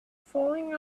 falling